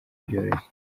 byoroshye